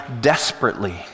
desperately